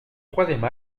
troisième